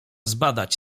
zbadać